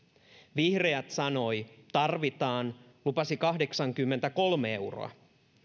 vihreät sanoivat että tarvitaan ja lupasivat kahdeksankymmentäkolme euroa